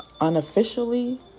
unofficially